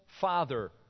Father